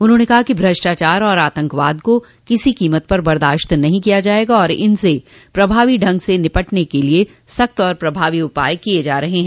उन्होंने कहा कि भ्रष्टाचार और आतंकवाद को किसी कोमत पर बर्दाश्त नहीं किया जायेगा तथा इनसे प्रभावी ढंग से निटपने के लिए सख़्त और प्रभावी उपाय किये जा रहे हैं